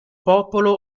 popolo